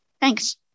Thanks